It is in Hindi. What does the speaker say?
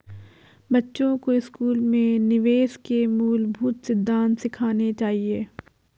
बच्चों को स्कूल में निवेश के मूलभूत सिद्धांत सिखाने चाहिए